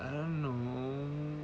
I don't know